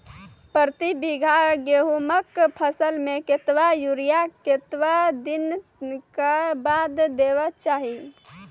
प्रति बीघा गेहूँमक फसल मे कतबा यूरिया कतवा दिनऽक बाद देवाक चाही?